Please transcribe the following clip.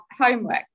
homework